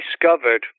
discovered